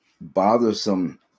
bothersome